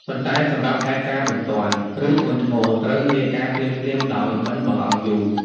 ប៉ុន្តែសម្រាប់ហេតុការណ៍បន្ទាន់ ឬធ្ងន់ធ្ងរ ត្រូវរាយការណ៍ភ្លាមៗ ដោយមិនបង្អង់យូរ។